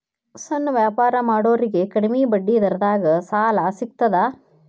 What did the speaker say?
ಸಣ್ಣ ವ್ಯಾಪಾರ ಮಾಡೋರಿಗೆ ಕಡಿಮಿ ಬಡ್ಡಿ ದರದಾಗ್ ಸಾಲಾ ಸಿಗ್ತದಾ?